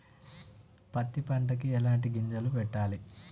పత్తి పంటకి ఎలాంటి గింజలు పెట్టాలి?